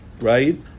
right